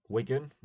Wigan